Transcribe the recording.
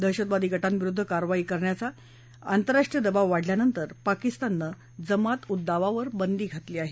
दहशतवादी गटांविरुद्ध कारवाई करण्याचा आंतरराष्ट्रीय दबाव वाढल्यानंतर पाकिस्ताननं जमात उद दावावर बंदी घातली आहे